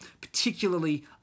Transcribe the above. particularly